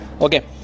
okay